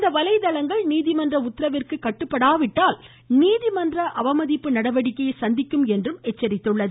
இந்த வலைதளங்கள் நீதிமன்ற உத்தரவிற்கு கட்டுப்படாவிட்டால் நீதிமன்ற அவமதிப்பு நடவடிக்கையை சந்திக்கும் என்று எச்சரித்துள்ளது